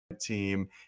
team